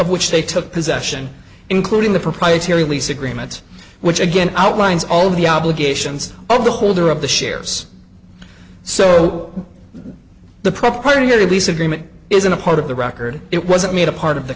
which they took possession including the proprietary lease agreement which again outlines all the obligations of the holder of the shares so the propriety of the lease agreement isn't a part of the record it wasn't made a part of the